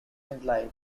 implied